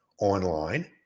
online